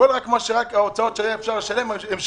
את כל ההוצאות שאפשר היה לשלם הן שילמו,